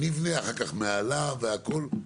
נבנה אחר כך מעליו והכל.